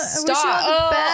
stop